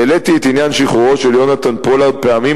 העליתי את עניין שחרורו של יונתן פולארד פעמים